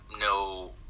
no